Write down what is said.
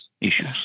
issues